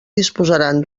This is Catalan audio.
disposaran